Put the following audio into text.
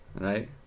Right